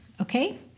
okay